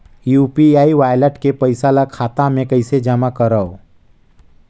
UPI wallet के पईसा ल खाता मे कइसे जमा करव?